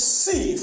see